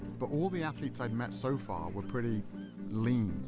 but all the athletes i'd met so far were pretty lean.